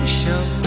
show